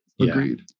Agreed